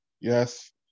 Yes